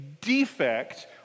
defect